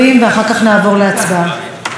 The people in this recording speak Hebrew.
שלוש דקות.